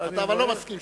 אבל אתה לא מסכים,